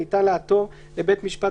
עתירה על החלטה בהשגה 10. -- לבית משפט